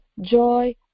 joy